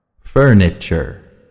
Furniture